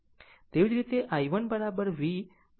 તેવી જ રીતે I 1 V r Y 1